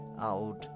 out